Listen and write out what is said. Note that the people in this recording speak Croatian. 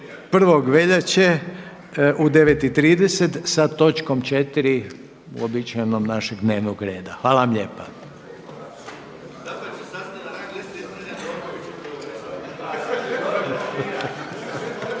1. veljače u 9,30 sa točkom 4 uobičajenom našeg dnevnog reda. Hvala vam lijepa.